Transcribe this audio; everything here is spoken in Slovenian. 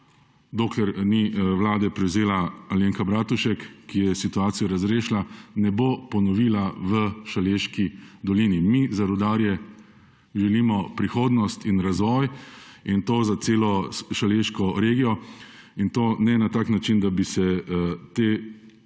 dokler ni vlade prevzela Alenka Bratušek, ki je situacijo razrešila, ne bo ponovila v Šaleški dolini. Mi za rudarje želimo prihodnost in razvoj; in to za celo Šaleško regijo. In to ne na tak način, da bi se te